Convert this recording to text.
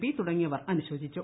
P തുടങ്ങിയവർ അനുശോചിച്ചു